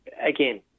again